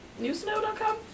Newsnow.com